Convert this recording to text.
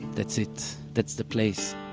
that's it. that's the place.